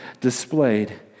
displayed